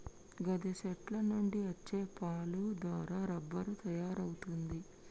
గాదె సెట్ల నుండి అచ్చే పాలు దారా రబ్బరు తయారవుతుంది